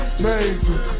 amazing